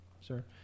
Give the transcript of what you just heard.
sir